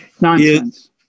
nonsense